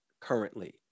currently